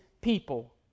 people